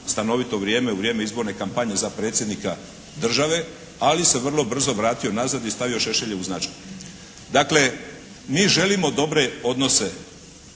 stanovito vrijeme u vrijeme izborne kampanje za predsjednika države ali se vrlo brzo vratio nazad i stavio Šešeljevu … /Govornik se ne razumije./ … Dakle mi želimo dobre odnose